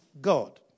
God